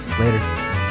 Later